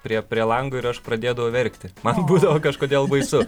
prie prie lango ir aš pradėdavau verkti man būdavo kažkodėl baisu